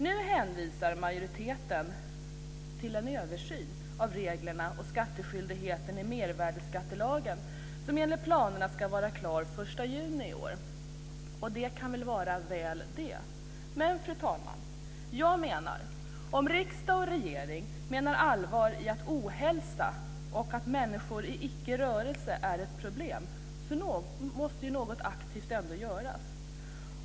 Nu hänvisar majoriteten till en översyn av reglerna och skattskyldigheten i mervärdesskattelagen som enligt planerna ska vara klar den 1 juni i år. Det kan väl i och för sig vara bra. Men, fru talman, jag anser att om riksdag och regering menar allvar med att ohälsa och människor som icke är i rörelse utgör problem, måste något aktivt ändå göras.